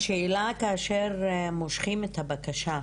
השאלה שלי היא כאשר הם מושכים את הבקשה,